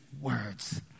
words